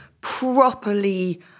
properly